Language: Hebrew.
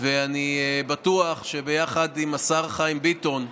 אני בטוח שביחד עם השר חיים ביטון,